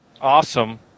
awesome